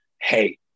hey